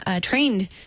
trained